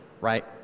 right